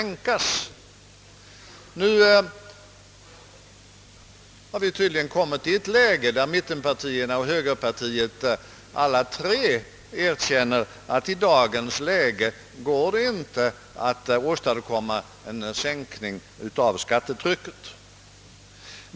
Nu har vi tydligen kommit dithän att både mittenpartierna och högerpartiet erkänner att det i dagens läge inte går att åstadkomma en minskning av skattetrycket.